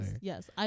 Yes